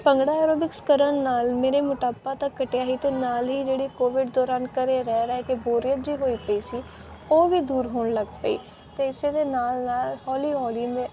bhangra aerobics ਕਰਨ ਨਾਲ ਮੇਰੇ ਮੋਟਾਪਾ ਤਾਂ ਘਟਿਆ ਹੀ ਅਤੇ ਨਾਲ ਹੀ ਜਿਹੜੀ ਕੋਵਿਡ ਦੌਰਾਨ ਘਰ ਰਹਿ ਰਹਿ ਕੇ ਬੋਰੀਅਤ ਜਿਹੀ ਹੋਈ ਪਈ ਸੀ ਉਹ ਵੀ ਦੂਰ ਹੋਣ ਲੱਗ ਪਈ ਅਤੇ ਇਸ ਦੇ ਨਾਲ ਨਾਲ ਹੌਲੀ ਹੌਲੀ ਮੈਂ